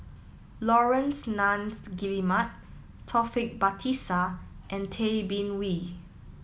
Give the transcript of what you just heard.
Laurence Nunns Guillemard Taufik Batisah and Tay Bin Wee